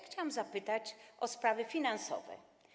Chciałabym zapytać o sprawy finansowe.